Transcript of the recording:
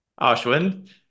Ashwin